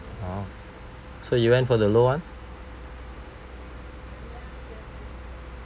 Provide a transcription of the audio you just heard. orh so you went for the low one